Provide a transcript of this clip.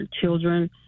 children